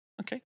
Okay